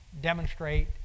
demonstrate